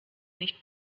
nicht